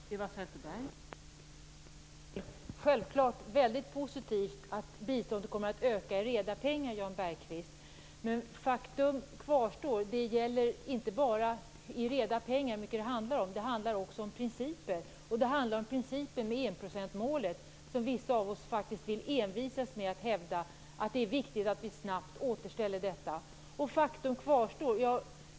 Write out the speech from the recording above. Fru talman! Det är självfallet mycket positivt att biståndet kommer att öka i reda pengar, Jan Bergqvist. Men faktum kvartstår; det gäller inte bara hur mycket det handlar om i reda pengar. Det handlar också om principen om enprocentsmålet. Vissa av oss envisas faktiskt med att hävda att det är viktigt att vi snabbt återställer detta.